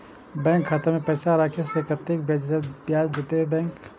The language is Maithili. बैंक खाता में पैसा राखे से कतेक ब्याज देते बैंक?